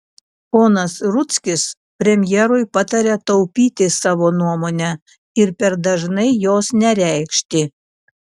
ponas rudzkis premjerui pataria taupyti savo nuomonę ir per dažnai jos nereikšti